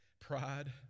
Pride